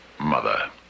Mother